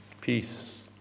Peace